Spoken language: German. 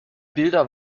bilder